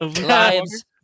lives